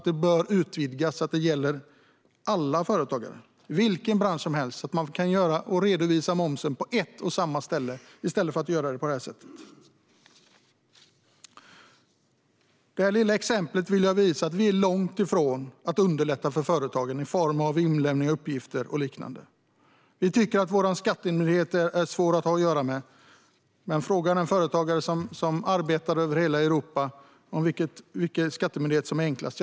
Det bör utvidgas så att det gäller alla företagare i vilken bransch som helst så att man kan redovisa momsen på ett och samma ställe, i stället för att göra det på det här sättet. Med mitt lilla exempel ville jag visa att vi är långt ifrån att underlätta för företagen när det gäller inlämning av uppgifter och liknande. Vi tycker att vår skattemyndighet är svår att ha att göra med - men fråga den företagare som arbetar över hela Europa om vilken skattemyndighet som är enklast!